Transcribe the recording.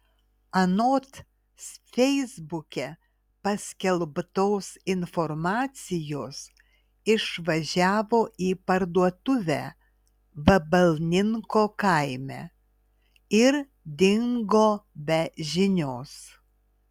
anot feisbuke paskelbtos informacijos išvažiavo į parduotuvę vabalninko kaime ir dingo be žinios